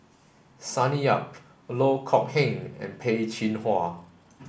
Sonny Yap Loh Kok Heng and Peh Chin Hua